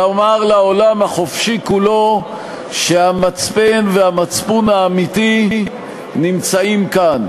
לומר לעולם החופשי כולו שהמצפן האמיתי והמצפון האמיתי נמצאים כאן,